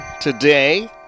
today